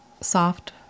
soft